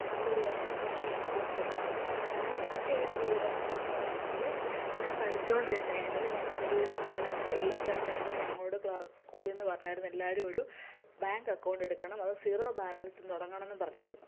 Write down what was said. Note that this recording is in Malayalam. നല്ലൊരു കാര്യം തന്നെ ഈ അക്കൗണ്ട് എടുക്കുന്നതാണ് കാരണം ഞാൻ എൻ്റെ ഈ അനുഭവത്തിൽനിന്ന് പറയാണെങ്കിൽ ഞാൻ പഠിച്ചുകൊണ്ടിരുന്ന ടൈമിൽ ഞങ്ങളൊരു സെവെൻത്ത് എയ്ത് ആ ടൈമിൽ ഞങ്ങളോട് സ്കൂളീന്ന് പറഞ്ഞായിരുന്നു എല്ലാവരും ഒരു ബാങ്ക് അക്കൗണ്ട് എടുക്കണം അത് സീറോ ബാലൻസിൽനിന്ന് തുടങ്ങണമെന്നും പറഞ്ഞായിരുന്നു